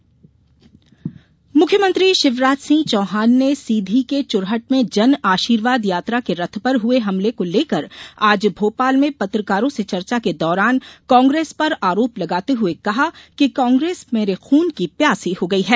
मुख्यमंत्री रथ मुख्यमंत्री शिवराज सिंह चौहान ने सीधी के चुरहट में जनआशीर्वाद यात्रा के रथ पर हुए हमले को लेकर आज भोपाल में पत्रकारों से चर्चा के दौरान कांग्रेस पर आरोप लगार्ते हुए कहा कि कांग्रेस मेरे खून की प्यासी हो गयी है